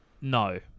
no